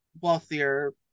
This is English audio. wealthier